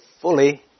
fully